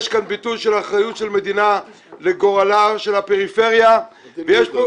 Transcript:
יש פה ביטוי של אחריות של מדינה לגורלה של הפריפריה ויש